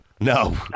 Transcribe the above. No